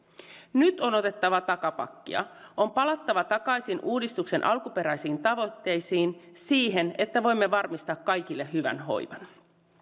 nyt on otettava takapakkia on palattava takaisin uudistuksen alkuperäisiin tavoitteisiin siihen että voimme varmistaa kaikille hyvän hoivan